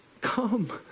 Come